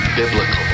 biblical